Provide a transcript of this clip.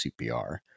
CPR